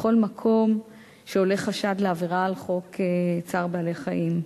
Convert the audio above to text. בכל מקום שעולה חשד לעבירה על חוק צער בעלי-חיים.